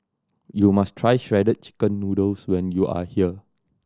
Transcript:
you must try Shredded Chicken Noodles when you are here